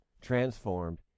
transformed